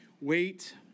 wait